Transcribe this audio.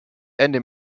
ende